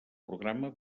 programa